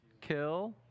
kill